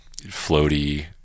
floaty